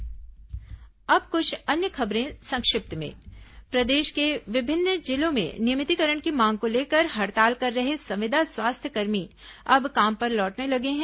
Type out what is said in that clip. संक्षिप्त समाचार अब कुछ अन्य खबरें संक्षिप्त में प्रदेश के विभिन्न जिलों में नियमितीकरण की मांग को लेकर हड़ताल कर रहे संविदा स्वास्थ्यकर्मी अब काम पर लौटने लगे हैं